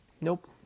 Nope